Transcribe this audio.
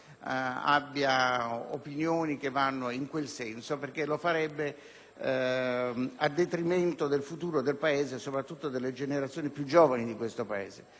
abbia opinioni che vanno in tal senso perché andrebbero a detrimento del futuro del Paese e soprattutto delle generazioni più giovani di questo Paese.